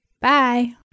bye